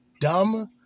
dumb